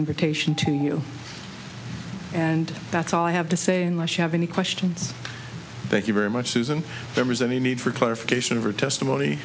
invitation to you and that's all i have to say unless you have any questions thank you very much susan there was any need for clarification of her testimony